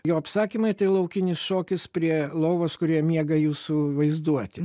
jo apsakymai tai laukinis šokis prie lovos kurioje miega jūsų vaizduotė